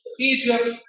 Egypt